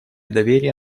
доверия